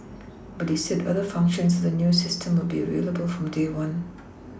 but he said other functions of the new system will be available from day one